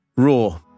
Raw